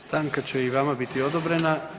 Stanka će i vama biti odobrena.